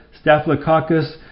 staphylococcus